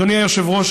אדוני היושב-ראש,